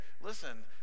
listen